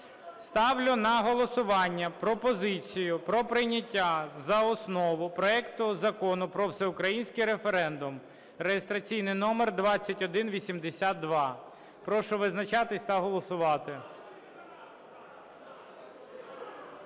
Ставлю на голосування пропозицію про прийняття за основу проекту Закону про всеукраїнський референдум (реєстраційний номер 2182). Прошу визначатися та голосувати.